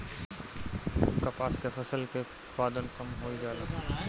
कपास के फसल के उत्पादन कम होइ जाला?